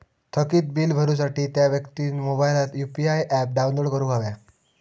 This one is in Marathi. थकीत बील भरुसाठी त्या व्यक्तिन मोबाईलात यु.पी.आय ऍप डाउनलोड करूक हव्या